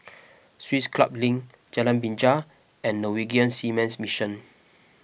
Swiss Club Link Jalan Binjai and Norwegian Seamen's Mission